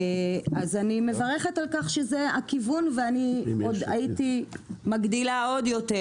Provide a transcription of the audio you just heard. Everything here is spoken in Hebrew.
אני מברכת על כך שזה הכיוון ואני הייתי מגדילה עוד יותר